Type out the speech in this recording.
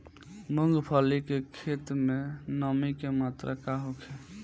मूँगफली के खेत में नमी के मात्रा का होखे?